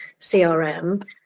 CRM